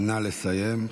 נא לסיים.